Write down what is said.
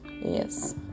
yes